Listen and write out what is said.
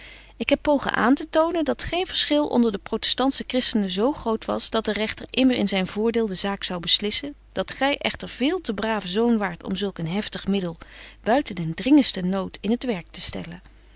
ik heb pogen aan te tonen dat geen verschil onder de protestantsche christenen zo groot was dat de rechter immer in zyn voordeel de zaak zou beslissen dat gy echter veel te braven zoon waart om zulk een heftig middel buiten den dringentsten nood in t werk te stellen